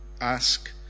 ask